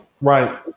Right